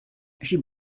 she